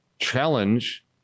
challenge